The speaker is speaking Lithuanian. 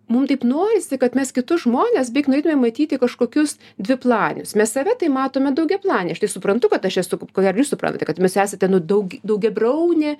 mums taip norisi kad mes kitus žmones beveik norėtume matyti kažkokius dviplaninius mes save tai matome daugiaplanėj aš tai suprantu kad aš esu ko gero ir jūs suprantate kad mes esate nu daugia daugiabriaunė